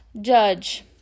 judge